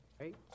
right